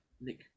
Nick